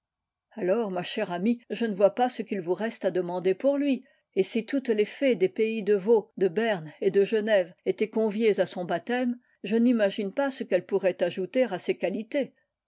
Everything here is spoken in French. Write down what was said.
alors ma chère amie je ne vois pas ce qu'il vous reste à demander pour lui et si toutes les féas des pays de vaud de berne et de genève étaient conviées à son baptême je n'imagine pas ce qu'elles pourraient ajouter à ses qualités